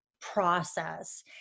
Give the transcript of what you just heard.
process